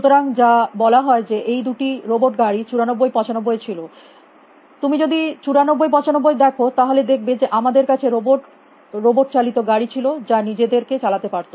সুতরাং যা বলা হয় যে এই দুটি রোবট গাড়ি 94 95 এ ছিল তুমি যদি 9495 দেখো তাহলে দেখবে যে আমাদের কাছে রোবট রোবট চালিত গাড়ি ছিল যা নিজেদের কে চালাতে পারত